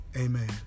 Amen